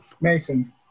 Mason